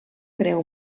greu